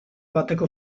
bateko